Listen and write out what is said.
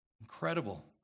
Incredible